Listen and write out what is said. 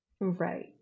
Right